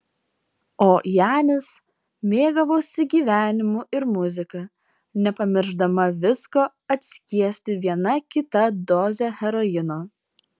o janis mėgavosi gyvenimu ir muzika nepamiršdama visko atskiesti viena kita doze heroino